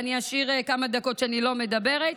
ואני אשאיר כמה דקות שאני לא מדברת.